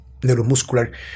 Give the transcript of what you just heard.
neuromuscular